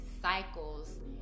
cycles